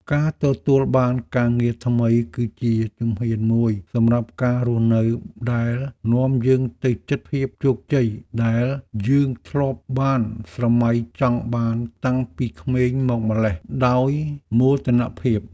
ការទទួលបានការងារថ្មីគឺជាជំហានមួយសម្រាប់ការរស់នៅដែលនាំយើងទៅជិតភាពជោគជ័យដែលយើងធ្លាប់បានស្រមៃចង់បានតាំងពីក្មេងមកម្ល៉េះដោយមោទនភាព។